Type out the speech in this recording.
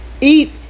Eat